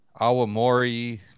Awamori